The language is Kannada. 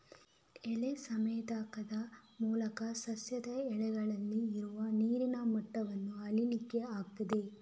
ಎಲೆ ಸಂವೇದಕದ ಮೂಲಕ ಸಸ್ಯದ ಎಲೆಗಳಲ್ಲಿ ಇರುವ ನೀರಿನ ಮಟ್ಟವನ್ನ ಅಳೀಲಿಕ್ಕೆ ಆಗ್ತದೆ